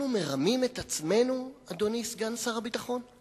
אנחנו מרמים את עצמנו, אדוני סגן שר הביטחון?